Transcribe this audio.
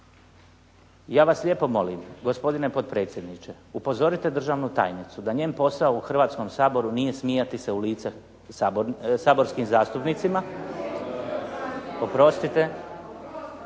ja vas lijepo molim gospodine potpredsjedniče, upozorite državnu tajnicu da njen posao u Hrvatskom saboru nije smijati se u lice saborskim zastupnicima, oprostite.